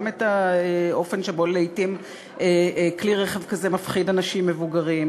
גם את האופן שבו לעתים כלי רכב כזה מפחיד אנשים מבוגרים,